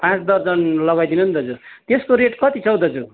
पाँच दर्जन लगाइदिनु नि दाजु त्यसको रेट कति छ हौ दाजु